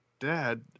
Dad